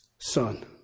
Son